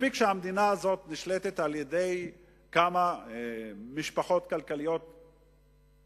מספיק שהמדינה הזאת נשלטת על-ידי כמה משפחות עשירות.